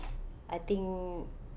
I think